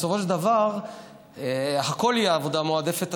בסופו של דבר הכול יהיה עבודה מועדפת,